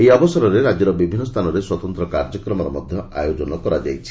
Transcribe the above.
ଏହି ଅବସରରେ ରାଜ୍ୟର ବିଭିନ୍ନ ସ୍ସାନରେ ସ୍ୱତନ୍ତ କାର୍ଯ୍ୟକ୍ରମର ଆୟୋଜନ କରାଯାଇଛି